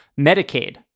Medicaid